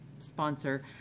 Sponsor